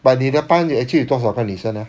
but 你的班 actually 有多少个女生 eh